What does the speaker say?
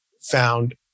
found